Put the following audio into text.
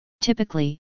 Typically